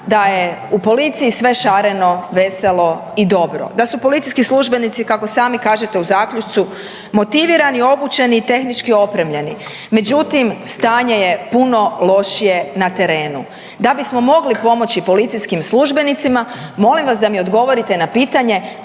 da je u policiji sve šareno veselo i dobro, da su policijski službenici, kako sami kažete u zaključku, motivirani, obučeni i tehnički opremljeni, međutim stanje je puno lošije na terenu. Da bismo mogli pomoći policijskih službenicima molim vas da mi odgovorite na pitanje